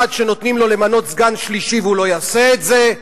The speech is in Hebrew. שנותנים לו למנות סגן שלישי והוא לא יעשה את זה,